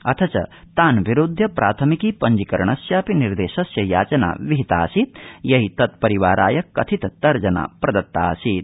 अथ च तान् विरूध्य प्राथमिकी पंजीकरणस्यापि निर्देशस्य याचना विहिता आसीत् यै तत्परिवाराय कथित तर्जना प्रदत्ता आसीत्